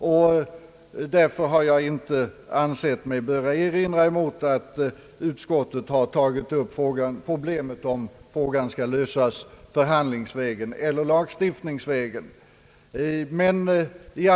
Jag har sålunda inte ansett mig böra i en reservation erinra mot att utskottet tagit upp problemet, om frågan skall lösas förhandlingseller lagstiftningsvägen.